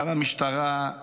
גם המשטרה,